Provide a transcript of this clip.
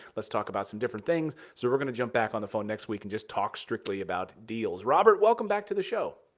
let's talk about some different things. so we're going to jump back on the phone next week, and just talk strictly about deals. robert, welcome back to the show.